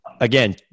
again